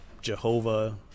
Jehovah